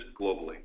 globally